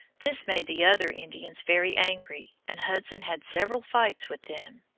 this made the other indians very angry, and hudson had several fights with them.